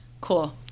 cool